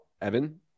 Evan